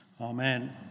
Amen